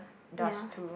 ya